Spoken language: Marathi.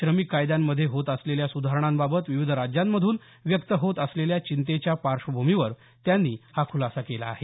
श्रमिक कायद्यामध्ये होत असलेल्या सुधारणांबाबत विविध राज्यांमधून व्यक्त होत असलेल्या चिंतेच्या पार्श्वभूमीवर त्यांनी हा खुलासा केला आहे